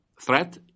threat